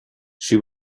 she